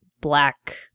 black